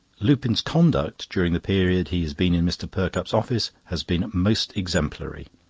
lupin's conduct during the period he has been in mr. perkupp's office has been most exemplary.